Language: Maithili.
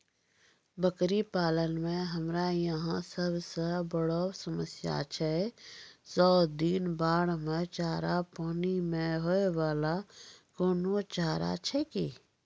बकरी पालन मे हमरा यहाँ सब से बड़ो समस्या छै सौ दिन बाढ़ मे चारा, पानी मे होय वाला कोनो चारा छै कि?